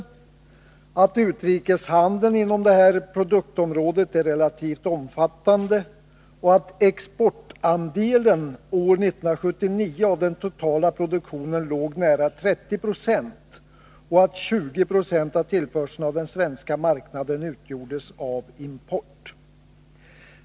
Vidare sägs att utrikeshandeln inom detta produktområde är relativt omfattande, att exportandelen av den totala produktionen år 1979 låg nära 30 96 och att 20 90 av tillförseln till den svenska marknaden utgjordes av import.